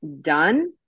done